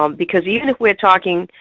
um because even if we're talking